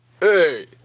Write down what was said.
Hey